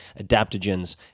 adaptogens